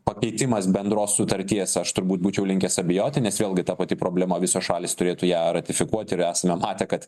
pakeitimas bendros sutarties aš turbūt būčiau linkęs abejoti nes vėlgi ta pati problema visos šalys turėtų ją ratifikuoti ir esame matę kad